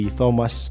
Thomas